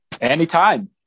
anytime